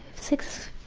six.